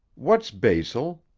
what's basil?